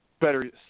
better